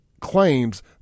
claims